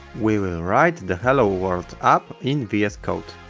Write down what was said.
we will write the hello world app in vscode,